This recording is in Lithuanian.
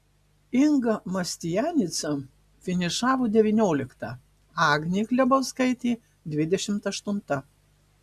inga mastianica finišavo devyniolikta agnė klebauskaitė dvidešimt aštunta